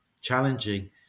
challenging